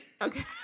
okay